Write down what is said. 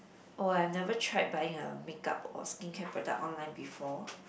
oh I've never tried buying a makeup or skincare product online before